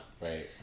Right